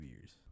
years